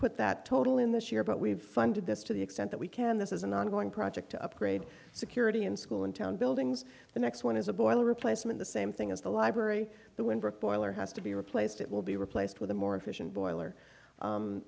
put that total in this year but we've funded this to the extent that we can this is an ongoing project to upgrade security in school in town buildings the next one is a boiler replacement the same thing as the library but when brick boiler has to be replaced it will be replaced with a more efficient boiler